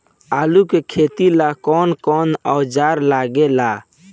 आलू के खेती ला कौन कौन औजार लागे ला?